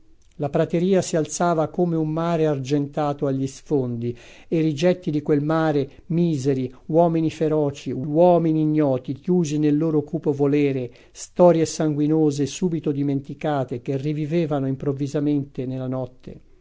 la prateria si alzava come un mare argentato agli sfondi e rigetti di quel mare miseri uomini feroci uomini ignoti chiusi nel loro cupo volere storie sanguinose subito dimenticate che rivivevano improvvisamente nella notte